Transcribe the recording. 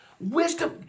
Wisdom